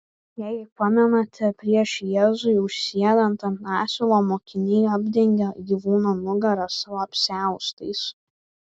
jei pamenate prieš jėzui užsėdant ant asilo mokiniai apdengia gyvūno nugarą savo apsiaustais